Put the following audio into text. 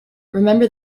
remember